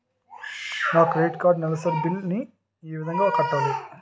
నా credit card నెలసరి bill ని ఏ విధంగా కట్టాలి?